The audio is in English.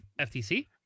FTC